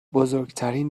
بزرگترین